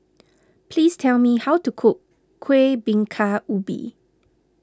please tell me how to cook Kuih Bingka Ubi